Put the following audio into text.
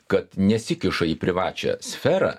kad nesikiša į privačią sferą